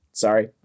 Sorry